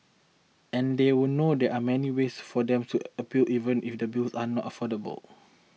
and they would know there are many ways for them to appeal even if the bills are not affordable